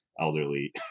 Elderly